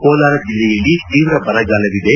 ಕೋಲಾರ ಜಿಲ್ಲೆಯಲ್ಲಿ ತೀವ್ರ ಬರಗಾಲವಿದೆ